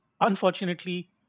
unfortunately